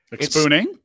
spooning